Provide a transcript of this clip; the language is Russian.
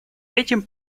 этим